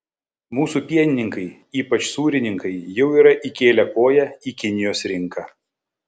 mūsų pienininkai ypač sūrininkai jau yra įkėlę koją į kinijos rinką